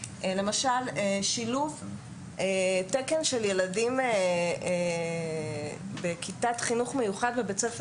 למשל: שילוב תקן של ילדים בכיתת חינוך מיוחד בבית ספר